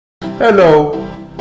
Hello